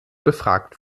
befragt